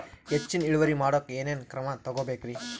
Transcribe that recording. ಹೆಚ್ಚಿನ್ ಇಳುವರಿ ಮಾಡೋಕ್ ಏನ್ ಏನ್ ಕ್ರಮ ತೇಗೋಬೇಕ್ರಿ?